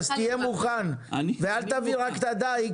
אז תהיה מוכן ואל תביא רק את נושא הדיג,